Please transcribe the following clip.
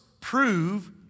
prove